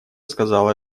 сказала